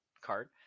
card